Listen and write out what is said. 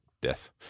death